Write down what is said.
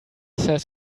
says